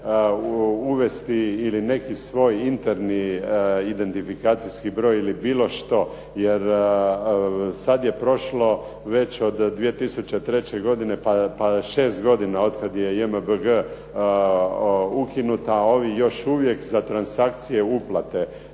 uvesti ili neki svoj interni identifikacijski broj ili bilo što. Jer sad je prošlo već od 2003. godine, pa 6 godina od kad je JMBG ukinut, a ovi još uvijek za transakcije uplate